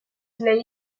sulle